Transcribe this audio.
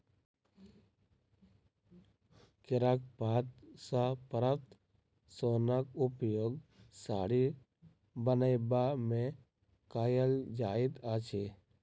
केराक पात सॅ प्राप्त सोनक उपयोग साड़ी बनयबा मे कयल जाइत अछि